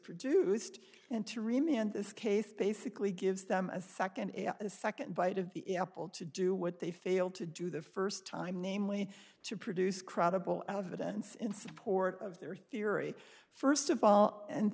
produced and to remand this case basically gives them a second a second bite of the apple to do what they failed to do the first time namely to produce credible evidence in support of their theory first of all and